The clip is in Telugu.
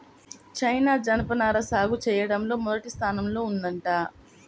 చైనా జనపనార సాగు చెయ్యడంలో మొదటి స్థానంలో ఉందంట